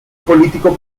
político